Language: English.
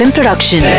Production